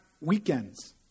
weekends